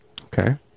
okay